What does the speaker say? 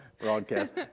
broadcast